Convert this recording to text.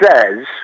says